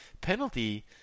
penalty –